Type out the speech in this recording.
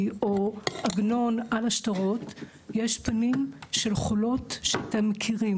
או עגנון על השטרות יש את הפנים של חולות שאתם מכירים